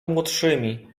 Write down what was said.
młodszymi